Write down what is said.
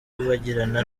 bagirana